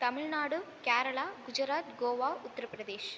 Tamil Nadu Kerala Gujarat Goa Uttar Pradesh